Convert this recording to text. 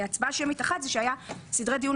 הצבעה שמית אחד היה עת היה דיון על סדרי דיון